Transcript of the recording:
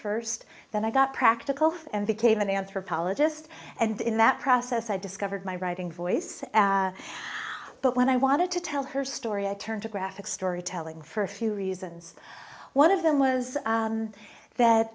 first then i got practical and became an anthropologist and in that process i discovered my writing voice but when i wanted to tell her story i turned to graphic storytelling for a few reasons one of them was that